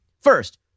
First